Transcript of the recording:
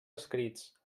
escrits